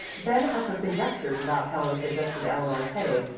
then, as her conjectures about helen suggested eleanor's headache,